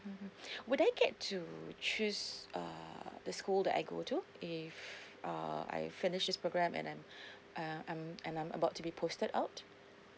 mmhmm would I get to choose err the school that I go to if err I finish this program and I'm uh I'm and I'm about to be posted out